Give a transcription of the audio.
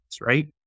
right